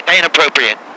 inappropriate